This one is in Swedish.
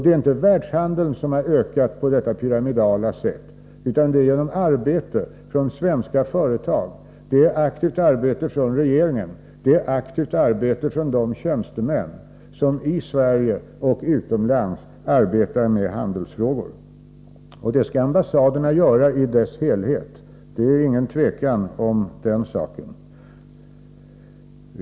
Det beror inte på att världshandeln har ökat på ett pyramidalt sätt, utan resultatet har uppnåtts genom arbete från svenska företag, genom aktivt arbete från regeringens sida och genom aktivt arbete av de tjänstemän som i Sverige och utomlands är engagerade i handelsfrågor. Och de frågorna skall ambassaderna i dess helhet arbeta med — det är inget tvivel om den saken.